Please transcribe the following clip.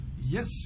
Yes